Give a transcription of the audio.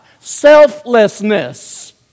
Selflessness